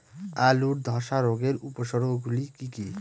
আলুর ধ্বসা রোগের উপসর্গগুলি কি কি?